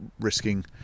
risking